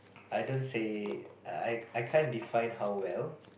I don't say I I can't define how well